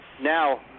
Now